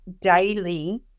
daily